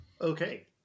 okay